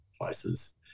places